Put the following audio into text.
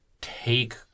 take